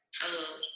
Hello